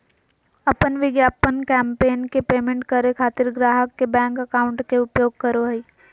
अपन विज्ञापन कैंपेन के पेमेंट करे खातिर ग्राहक के बैंक अकाउंट के उपयोग करो हइ